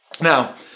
Now